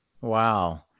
Wow